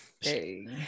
Hey